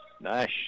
Nice